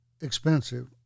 expensive